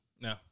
No